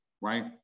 Right